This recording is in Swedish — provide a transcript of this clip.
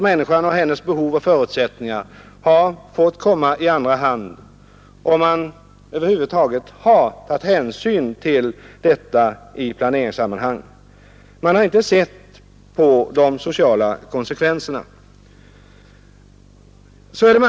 Människan och hennes behov och förutsättningar har fått komma i andra hand — om man över huvud taget har tagit hänsyn till dem i planeringssammanhang. Man har inte sett till de sociala konsekvenserna.